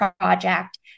project